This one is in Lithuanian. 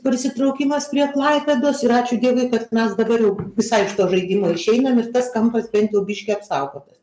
prisitraukimas prie klaipėdos ir ačiū dievui kad mes dabar jau visai iš to žaidimo išeinam ir tas kampas bent jau biškį apsaugotas